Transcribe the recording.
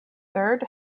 third